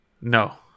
No